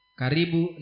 karibu